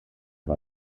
war